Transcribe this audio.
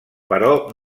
però